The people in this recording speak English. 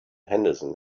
henderson